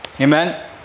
Amen